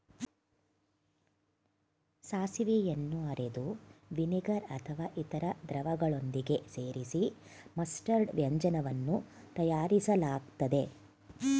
ಸಾಸಿವೆಯನ್ನು ಅರೆದು ವಿನಿಗರ್ ಅಥವಾ ಇತರ ದ್ರವಗಳೊಂದಿಗೆ ಸೇರಿಸಿ ಮಸ್ಟರ್ಡ್ ವ್ಯಂಜನವನ್ನು ತಯಾರಿಸಲಾಗ್ತದೆ